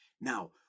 Now